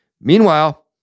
Meanwhile